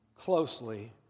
closely